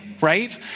right